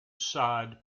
side